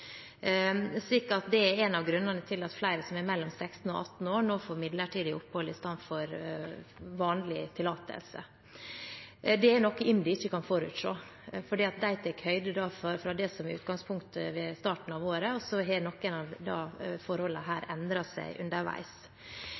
Det er en av grunnene til at flere som er mellom 16 og 18 år, nå får midlertidig opphold i stedet for vanlig tillatelse. Det er noe IMDi ikke kan forutse, for de tar høyde for det som er utgangspunktet ved starten av året, og så har noen av forholdene endret seg underveis.